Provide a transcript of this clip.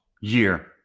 year